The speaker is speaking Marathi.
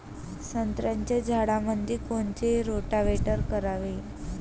संत्र्याच्या झाडामंदी कोनचे रोटावेटर करावे?